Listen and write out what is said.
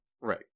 Right